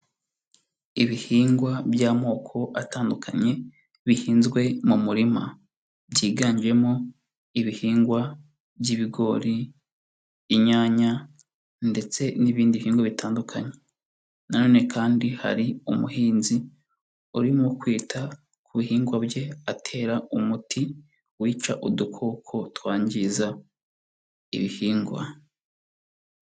Ibihingwa by'amoko atandukanye bihinzwe mu murima, byiganjemo ibihingwa by'ibigori, inyanya, ndetse n'ibindi bihingwa bitandukanye, nanone kandi hari umuhinzi urimo kwita ku bihingwa bye atera umuti wica udukoko twangiza ibihingwa.